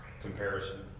Comparison